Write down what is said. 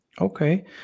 okay